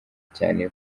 cyane